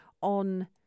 on